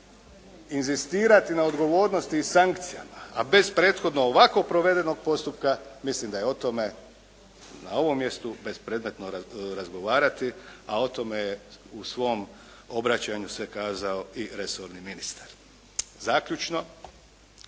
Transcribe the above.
Inzistirati na odgovornosti i sankcijama, a bez prethodno ovako provedenog postupka mislim da je o tome na ovom mjestu bespredmetno razgovarati, a o tome je u svom obraćanju sve kazao i resorni ministar. Zaključno.